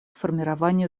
формированию